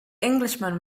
englishman